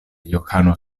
johano